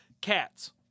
Cats